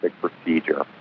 procedure